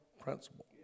principle